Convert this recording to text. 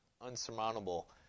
unsurmountable